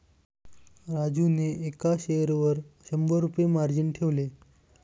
राजूने एका शेअरवर शंभर रुपये मार्जिन ठेवले